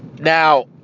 Now